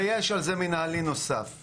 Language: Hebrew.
ויש על זה מנהלי נוסף.